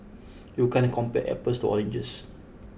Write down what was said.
you can't compare apples to oranges